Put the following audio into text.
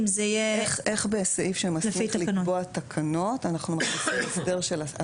איך בסעיף שמסמיך לקבוע תקנות אנחנו מוסיפים הסדר של השר?